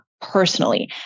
personally